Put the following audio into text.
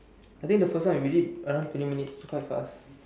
I think the first one we did around thirty minutes quite fast